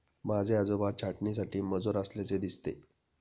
माझे आजोबा छाटणीसाठी मजूर असल्याचे दिसते